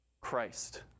Christ